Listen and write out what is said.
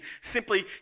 Simply